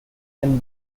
and